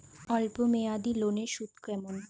অল্প মেয়াদি লোনের সুদ কেমন?